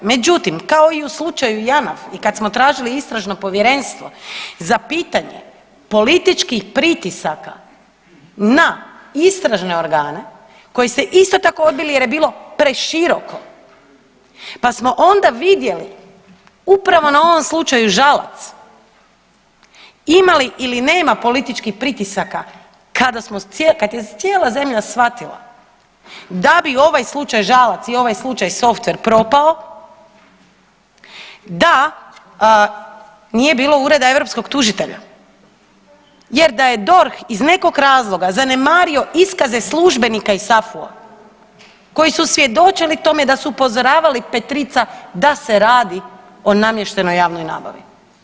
Međutim, kao i u slučaju JANAF i kad smo tražili istražno povjerenstvo za pitanje političkih pritisaka na istražne organe koje ste isto tako odbili jer je bilo preširoko pa smo onda vidjeli upravo na ovom slučaju Žalac ima li ili nema političkih pritisaka kad je cijela zemlja shvatila da bi ovaj slučaj Žalac i ovaj slučaj software propao da nije bilo Ureda europskog tužitelja jer da je DORH iz nekog razloga zanemario iskaze službenika iz SAFU-a koji su svjedočili tome da su upozoravali Petrica da se radi o namještenoj javnoj nabavi.